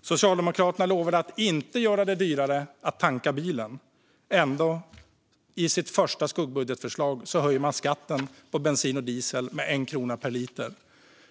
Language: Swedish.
Socialdemokraterna lovade att inte göra det dyrare att tanka bilen. Ändå höjer de i sitt första skuggbudgetförslag skatten på bensin och diesel med 1 krona per liter.